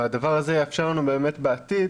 והדבר הזה יאפשר לנו באמת בעתיד,